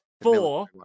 four